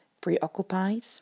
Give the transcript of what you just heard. preoccupied